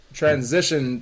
transition